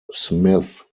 smith